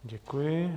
Děkuji.